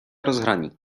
rozhraní